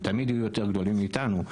הם תמיד יהיו יותר גדולים מאיתנו,